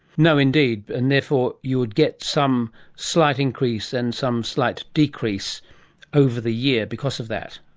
no, indeed, and therefore you would get some slight increase and some slight decrease over the year because of that.